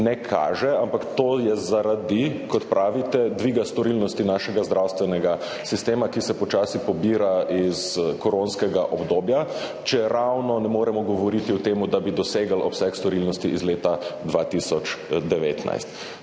ne kaže, ampak to je zaradi, kot pravite, dviga storilnosti našega zdravstvenega sistema, ki se počasi pobira iz koronskega obdobja, če ravno ne moremo govoriti o tem, da bi dosegli obseg storilnosti iz leta 2019.